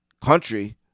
country